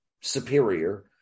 superior